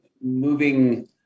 moving